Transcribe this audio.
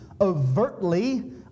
overtly